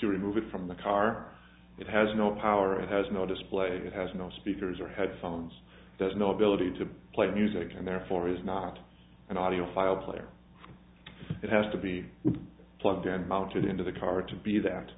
you remove it from the car it has no power it has no display it has no speakers or headphones there's no ability to play music and therefore is not an audio file player it has to be plugged in and mounted into the car to be that